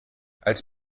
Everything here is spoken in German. als